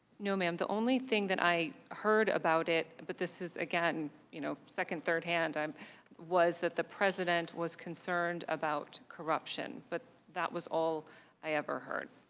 no ma'am, the only thing i heard about it but this is again you know second, third hand um was that the president was concerned about corruption. but that was all i ever heard.